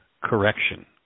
correction